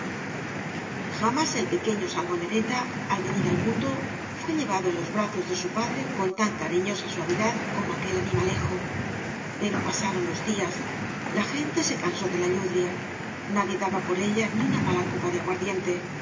jamás el pequeño sangonereta al venir al mundo fué llevado en los brazos de su padre con tan cariñosa suavidad como aquel animalejo pero pasaron los días la gente se cansó de la lludria nadie daba por ella ni una mala copa de aguardíen